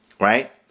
right